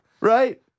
right